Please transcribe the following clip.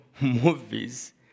movies